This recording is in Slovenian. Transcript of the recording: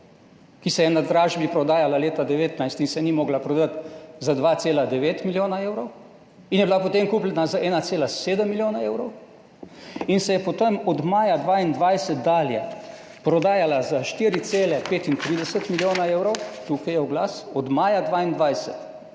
ki se je na dražbi prodajala leta 2019 in se ni mogla prodati za 2,9 milijona evrov in je bila potem kupljena za 1,7 milijona evrov in se je potem od maja 2022 dalje prodajala za 4,35 milijonov evrov. Tukaj je oglas od maja 2022.